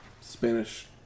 Spanish